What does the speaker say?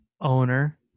owner